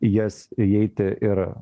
į jas įeiti ir